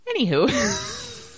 Anywho